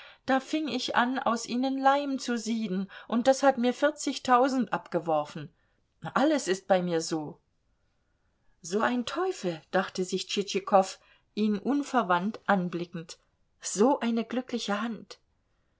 da fing ich an aus ihnen leim zu sieden und das hat mir vierzigtausend abgeworfen alles ist bei mir so so ein teufel dachte sich tschitschikow ihn unverwandt anblickend so eine glückliche hand